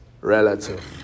relative